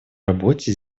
работе